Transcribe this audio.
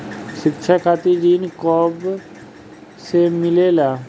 शिक्षा खातिर ऋण कब से मिलेला?